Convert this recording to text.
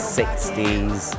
60s